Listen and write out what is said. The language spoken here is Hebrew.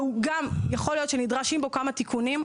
ויכול שנדרשים בו כמה תיקונים,